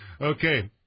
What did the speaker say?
Okay